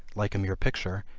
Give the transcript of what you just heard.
like a mere picture,